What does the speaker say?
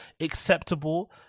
acceptable